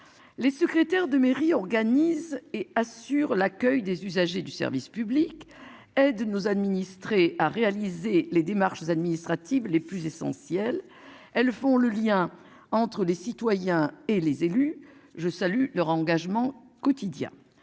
Les secrétaires de mairie organise et assure l'accueil des usagers du service public et de nos administrés à réaliser les démarches administratives les plus essentielles, elles font le lien entre les citoyens et les élus. Je salue leur engagement quotidien